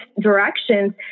directions